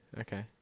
okay